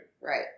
Right